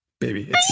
Baby